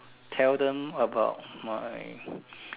tell them about my